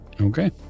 Okay